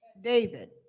David